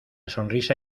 sonrisa